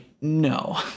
no